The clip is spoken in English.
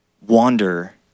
wander